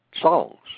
songs